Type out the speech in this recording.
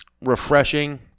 Refreshing